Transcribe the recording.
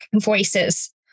voices